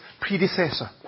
predecessor